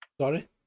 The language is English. Sorry